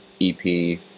EP